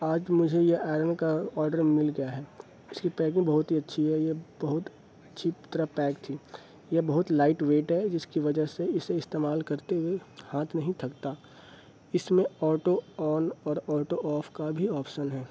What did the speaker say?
آج مجھے یہ آئرن کا آڈر مل گیا ہے اس کی پیکنگ بہت ہی اچھی ہے یہ بہت اچھی طرح پیک تھی یہ بہت ہی لائٹ ویٹ ہے جس کی وجہ سے اسے استعمال کرتے ہوئے ہاتھ نہیں تھکتا اس میں آٹو آن اور آٹو آف کا بھی آپشن ہے